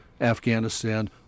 Afghanistan